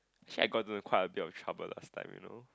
actually I gotten quite a bit of trouble last time you know